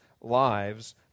lives